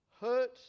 hurt